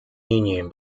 union